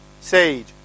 sage